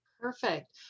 perfect